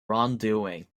wrongdoing